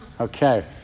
Okay